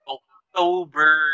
October